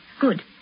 Good